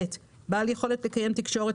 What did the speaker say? בעל יכולת לקיים תקשורת,